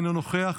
אינו נוכח,